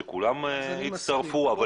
שכולם יצטרפו.